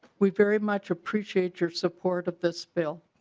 we very much appreciate your support of this b ill.